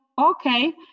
okay